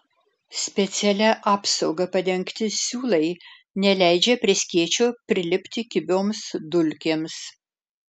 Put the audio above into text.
specialia apsauga padengti siūlai neleidžia prie skėčio prilipti kibioms dulkėms